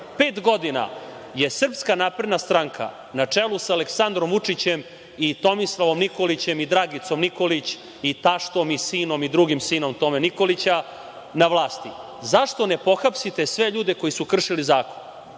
godina je SNS na čelu sa Aleksandrom Vučićem i Tomislavom Nikolićem i Dragicom Nikolić i taštom i sinom i drugi sinom Tome Nikolića na vlasti. Zašto ne pohapsite sve ljude koji su kršili zakon?